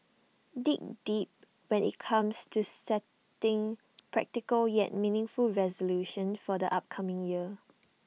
dig deep when IT comes to setting practical yet meaningful resolutions for the upcoming year